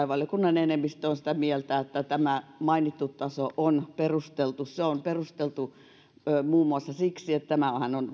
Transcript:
valiokunnan enemmistö on sitä mieltä että tämä mainittu taso on perusteltu se on perusteltu muun muassa siksi että tämähän on